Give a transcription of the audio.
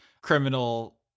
criminal